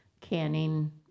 canning